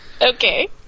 Okay